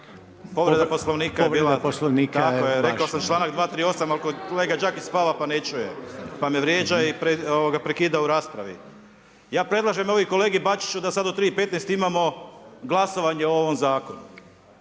(HSS)** Tako je rekao sam članak 238. pa kolega Đakić spava pa ne čuje, pa me vrijeđa i prekida u raspravi. Ja predlažem evo kolegi Bačiću da sada u 3,15 imamo glasovanje o ovom zakonu,